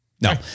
No